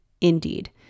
Indeed